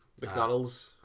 mcdonald's